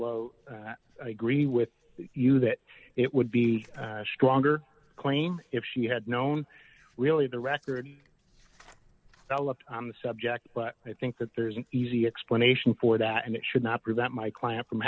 will agree with you that it would be a stronger claim if she had known really the record well up on the subject but i think that there's an easy explanation for that and it should not prevent my client from